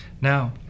Now